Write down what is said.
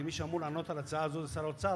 כי מי שאמור לענות על ההצעה הזאת זה שר האוצר,